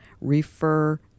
Refer